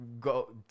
go